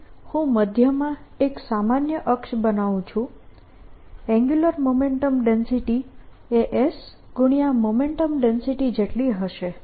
અહીં હું મધ્યમાં એક સામાન્ય અક્ષ બનાવું છું એન્ગ્યુલર મોમેન્ટમ ડેન્સિટી એ S ગુણ્યા મોમેન્ટમ ડેન્સિટી જેટલી હશે